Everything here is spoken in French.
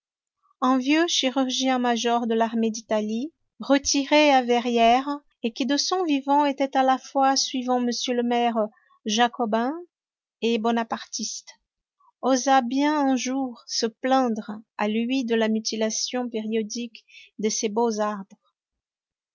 un vieux chirurgien-major de l'armée d'italie retiré à verrières et qui de son vivant était à la fois suivant m le maire jacobin et bonapartiste osa bien un jour se plaindre à lui de la mutilation périodique de ces beaux arbres